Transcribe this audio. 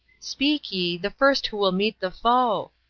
speak ye, the first who will meet the foe!